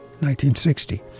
1960